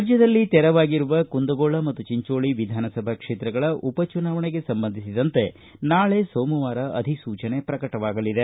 ರಾಜ್ಯದಲ್ಲಿ ತೆರವಾಗಿರುವ ಕುಂದಗೋಳ ಮತ್ತು ಚಿಂಜೋಳ ವಿಧಾನಸಭಾ ಕ್ಷೇತ್ರಗಳ ಉಪಚುನಾವಣೆಗೆ ಸಂಭಂದಿಸಿದಂತೆ ನಾಳೆ ಸೋಮವಾರ ಅಧಿಸೂಚನೆ ಪ್ರಕಟವಾಗಲಿದೆ